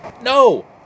no